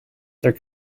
their